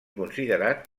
considerat